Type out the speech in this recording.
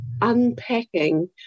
unpacking